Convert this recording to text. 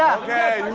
ok.